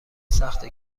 سخته